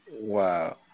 Wow